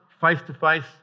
face-to-face